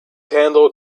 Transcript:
handle